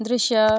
दृश्य